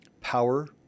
Power